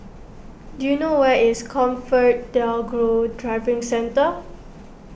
do you know where is ComfortDelGro Driving Centre